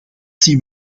zien